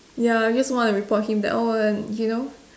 ya I just want to report that oh and you know